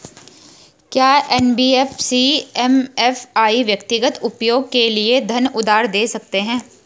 क्या N B F C M F I व्यक्तिगत उपयोग के लिए धन उधार दें सकते हैं?